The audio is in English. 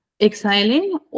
exhaling